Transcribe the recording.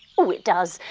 oh it does!